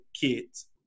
kids